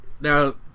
now